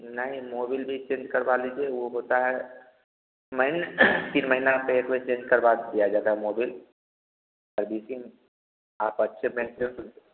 नहीं मोबिल भी चेंज करवा लीजिए वह होता है महीने तीन महीना पर एक बार करवा दिया जाता है मोबिल अब इसी में आप अच्छे